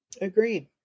Agreed